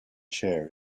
chair